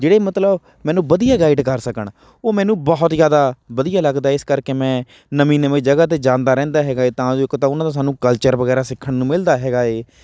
ਜਿਹੜੇ ਮਤਲਬ ਮੈਨੂੰ ਵਧੀਆ ਗਾਈਡ ਕਰ ਸਕਣ ਉਹ ਮੈਨੂੰ ਬਹੁਤ ਜ਼ਿਆਦਾ ਵਧੀਆ ਲੱਗਦਾ ਇਸ ਕਰਕੇ ਮੈਂ ਨਵੀਂ ਨਵੀਂ ਜਗ੍ਹਾ 'ਤੇ ਜਾਂਦਾ ਰਹਿੰਦਾ ਹੈਗਾ ਤਾਂ ਜੋ ਇੱਕ ਤਾਂ ਉਹਨਾਂ ਦਾ ਸਾਨੂੰ ਕਲਚਰ ਵਗੈਰਾ ਸਿੱਖਣ ਨੂੰ ਮਿਲਦਾ ਹੈਗਾ ਹੈ